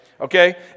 okay